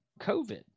COVID